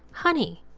honey,